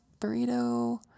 burrito